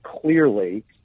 clearly